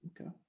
okay